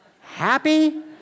happy